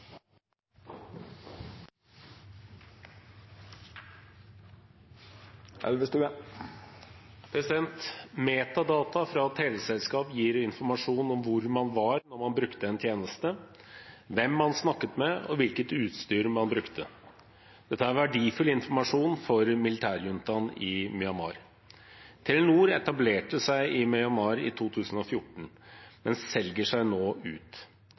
fra teleselskap gir informasjon om hvor man var når man brukte en tjeneste, hvem man snakket med, og hvilket utstyr man brukte. Dette er verdifull informasjon for militærjuntaen i Myanmar. Telenor etablerte seg i Myanmar i 2014, men selger seg nå ut.